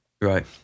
Right